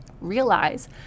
realize